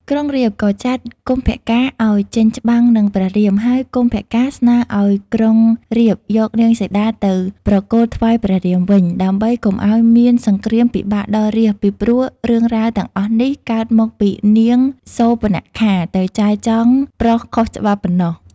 ក្រុរាពណ៍ក៏ចាត់កុម្ពកាណ៍ ឱ្យចេញច្បាំងនឹងព្រះរាមហើយកុម្ពកាណ៍ស្នើឱ្យក្រុងរាពណ៍ យកនាងសីតាទៅប្រគល់ថ្វាយព្រះរាមវិញ ដើម្បីកុំឱ្យមានសង្គ្រាមពិបាកដល់រាស្ត្រពីព្រោះរឿងរាវទាំងអស់នេះ កើតមកពីនាងសូរបនខាទៅចែចង់ប្រុសខុសច្បាប់ប៉ុណ្ណោះ។